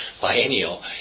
biennial